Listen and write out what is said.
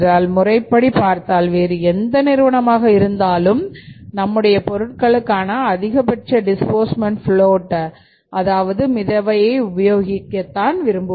முறைப்படி பார்த்தால் வேறு எந்த நிறுவனமாக இருந்தாலும் நம்முடைய பொருட்களுக்கான அதிகபட்ச டிஸ்பூர்ஸ்மெண்ட் ஃப்ளோட் அதாவது மிதவையை உபயோகிக்க தான் விரும்புவார்கள்